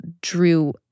drew